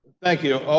thank you.